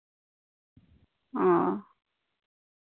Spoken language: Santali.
ᱚ